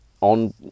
on